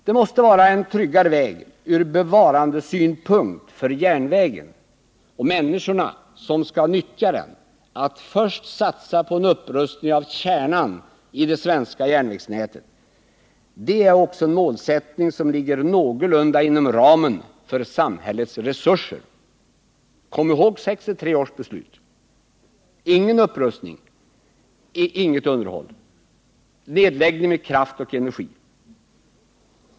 Det måste vara en tryggare väg ur bevarandesynpunkt för järnvägen och de människor som skall nyttja den att först satsa på en upprustning av kärnan i det svenska järnvägsnätet. Det är också en målsättning som ligger någorlunda inom ramen för samhällets resurser. Kom ihåg den motsatta inriktningen med 1963 års beslut: ingen upprustning, inget underhåll utan nedläggning med kraft och energi.